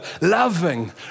loving